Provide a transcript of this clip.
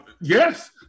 Yes